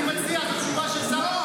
אני מציע את התשובה של שר החינוך